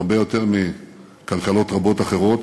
הרבה יותר מכלכלות רבות אחרות,